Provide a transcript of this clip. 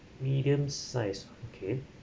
medium size okay